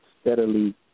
steadily